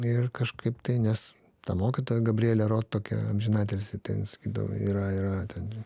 ir kažkaip tai nes ta mokytoja gabrielė ro tokia amžinatilsį ten sakydavo yra yra ten